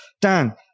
Dan